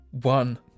One